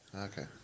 Okay